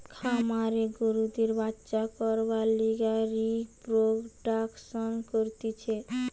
খামারে গরুদের বাচ্চা করবার লিগে রিপ্রোডাক্সন করতিছে